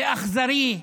זה אכזרי.